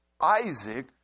Isaac